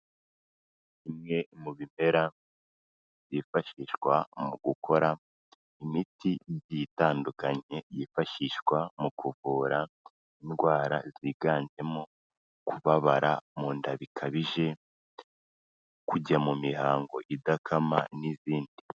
Imwe mu bimera byifashishwa mu gukora imiti igiye itandukanye, yifashishwa mu kuvura indwara ziganjemo: kubabara mu nda bikabije, kujya mu mihango idakama n'izindi.